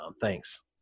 Thanks